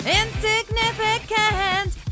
insignificant